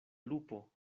lupo